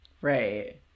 Right